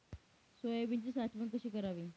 सोयाबीनची साठवण कशी करावी?